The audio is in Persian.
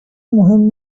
مهم